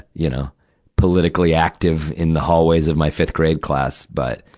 you know politically active in the hallways of my fifth-grade class, but,